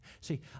See